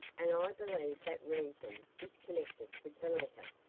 and i believe that reason is connected with the letter.